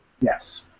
Yes